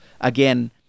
again